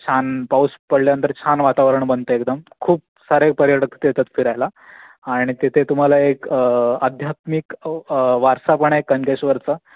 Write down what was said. छान पाऊस पडल्यानंतर छान वातावरण बनतं एकदम खूप सारे पर्यटक तिथे येतात फिरायला आणि तिथे तुम्हाला एक अध्यात्मिक वारसा पण आहे कणकेश्वरचा